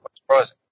surprising